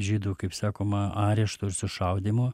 žydų kaip sakoma arešto ir sušaudymo